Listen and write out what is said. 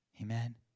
Amen